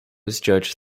judged